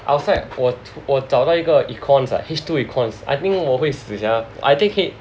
outside 我找到一个 econs lah like H two econs I think 我会死 sia I take it